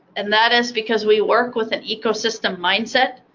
and that is because we work with an ecosystem mindset,